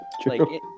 True